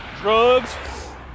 drugs